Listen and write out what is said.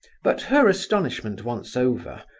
but her astonishment once over,